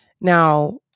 Now